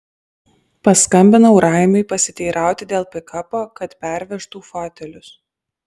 paskambinau raimiui pasiteirauti dėl pikapo kad pervežtų fotelius